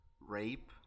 rape